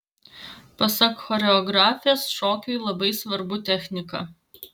pasak choreografės šokiui labai svarbu technika